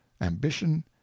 ambition